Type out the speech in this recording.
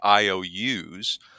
IOUs